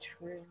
true